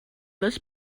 this